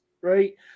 right